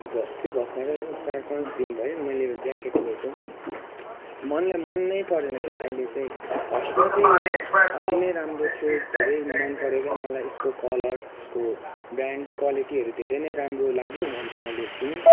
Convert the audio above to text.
हिजोअस्ति भर्खरै अब चार पाँच दिन भयो मैले ज्याकेट लिएको कि मलाई मनैपरेन कि अहिले चाहिँ फर्स्टमा चाहिँ अति नै राम्रो थियो धेरै मनपर्यो क्या मलाई यसको कलर यसको ब्रान्ड क्वालिटीहरू धेरै नै राम्रो लाग्यो अन्त मैले किनेँ